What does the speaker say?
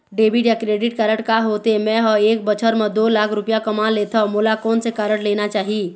Debit या credit card का होथे, मे ह एक बछर म दो लाख रुपया कमा लेथव मोला कोन से कारड लेना चाही?